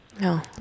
No